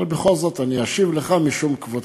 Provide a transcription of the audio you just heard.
אבל בכל זאת, אני אשיב לך משום כבודך.